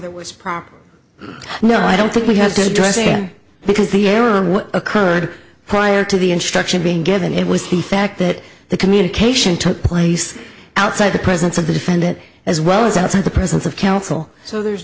it was proper no i don't think we have to address it because the error occurred prior to the instruction being given it was the fact that the communication took place outside the presence of the defendant as well as outside the presence of counsel so there's